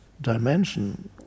dimension